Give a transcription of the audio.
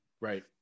Right